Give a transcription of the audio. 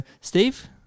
Steve